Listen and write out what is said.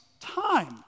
time